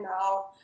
now